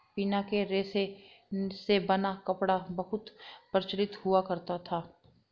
पिना के रेशे से बना कपड़ा बहुत प्रचलित हुआ करता था